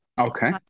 Okay